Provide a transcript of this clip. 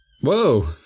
Whoa